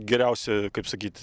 geriausia kaip sakyt